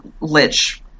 lich